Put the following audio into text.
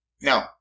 No